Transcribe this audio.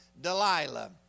Delilah